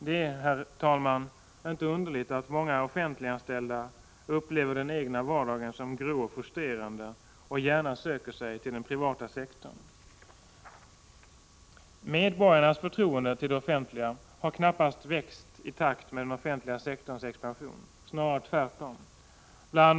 Det är, herr talman, inte underligt att många offentliganställda upplever den egna vardagen som grå och frustrerande och gärna söker sig till den privata sektorn. Medborgarnas förtroende för det offentliga har knappast växt i takt med den offentliga sektorns expansion — snarare tvärtom.